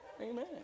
Amen